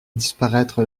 disparaître